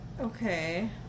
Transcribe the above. okay